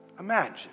imagine